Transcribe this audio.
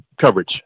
coverage